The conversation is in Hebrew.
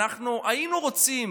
אנחנו היינו רוצים